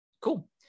cool